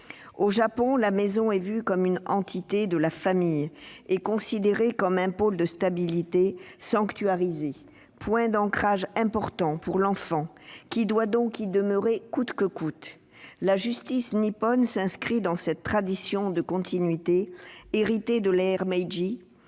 Au Japon, la maison est vue comme entité de la famille et considérée comme un pôle de stabilité sanctuarisé, un point d'ancrage important pour l'enfant, qui doit donc y demeurer coûte que coûte. La justice nipponne s'inscrit dans cette tradition de continuité, héritée de l'ère Meiji